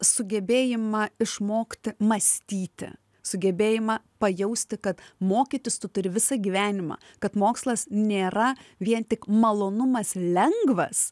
sugebėjimą išmokti mąstyti sugebėjimą pajausti kad mokytis tu turi visą gyvenimą kad mokslas nėra vien tik malonumas lengvas